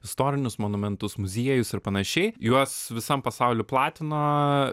istorinius monumentus muziejus ir panašiai juos visam pasauly platino